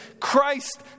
Christ